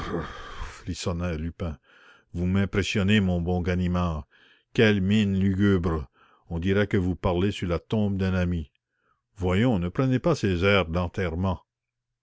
lupin vous m'impressionnez mon bon ganimard quelle mine lugubre on dirait que vous parlez sur la tombe d'un ami voyons ne prenez pas ces airs d'enterrement